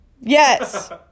Yes